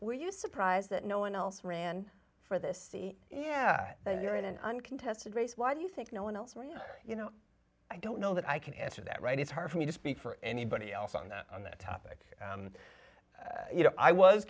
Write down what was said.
were you surprised that no one else ran for this yeah you're in an uncontested race why do you think no one else really you know i don't know that i can answer that right it's hard for me to speak for anybody else on that on that topic you know i was